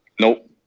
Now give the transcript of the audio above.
Nope